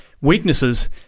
weaknesses